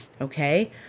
Okay